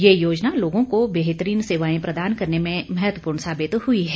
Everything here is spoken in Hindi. ये योजना लोगों को बेहतरीन सेवाएं प्रदान करने में महत्वपूर्ण साबित हुई है